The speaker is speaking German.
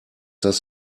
das